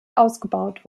ausgebaut